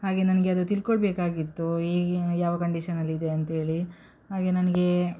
ಹಾಗೆ ನನಗೆ ಅದು ತಿಳ್ಕೊಳ್ಬೇಕಾಗಿತ್ತು ಈಗಿನ ಯಾವ ಕಂಡೀಷನಲ್ಲಿದೆ ಅಂತ್ಹೇಳಿ ಹಾಗೆ ನನಗೆ